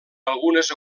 algunes